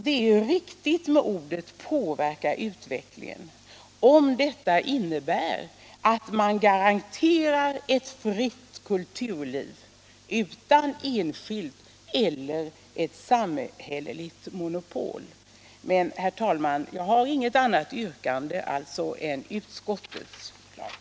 Det är riktigt med uttrycket påverka utvecklingen, om detta innebär att man garanterar ett fritt kulturliv utan enskilt eller samhälleligt monopol. Herr talman! Jag har inget annat yrkande än utskottets. Videogram Videogram